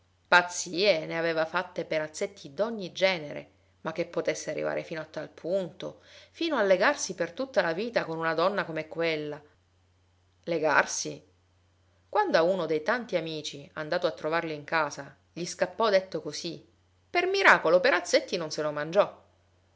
pazzie ne aveva fatte perazzetti d'ogni genere ma che potesse arrivare fino a tal punto fino a legarsi per tutta la vita con una donna come quella legarsi quando a uno dei tanti amici andato a trovarlo in casa gli scappò detto così per miracolo perazzetti non se lo mangiò